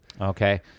Okay